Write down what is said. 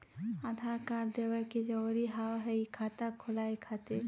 आधार कार्ड देवे के जरूरी हाव हई खाता खुलाए खातिर?